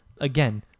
again